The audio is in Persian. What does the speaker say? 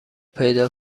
پیدا